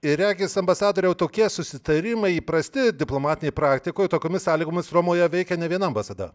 ir regis ambasadoriau tokie susitarimai įprasti diplomatinėj praktikoj tokiomis sąlygomis romoje veikia ne viena ambasada